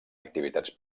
activitats